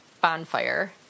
bonfire